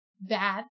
bad